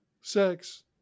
sex